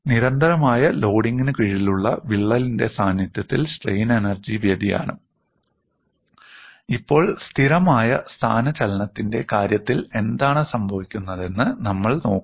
നിരന്തരമായ ലോഡിംഗിന് കീഴിലുള്ള വിള്ളലിന്റെ സാന്നിധ്യത്തിൽ സ്ട്രെയിൻ എനർജി വ്യതിയാനം ഇപ്പോൾ സ്ഥിരമായ സ്ഥാനചലനത്തിന്റെ കാര്യത്തിൽ എന്താണ് സംഭവിക്കുന്നതെന്ന് നമ്മൾ നോക്കുന്നു